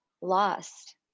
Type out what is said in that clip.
lost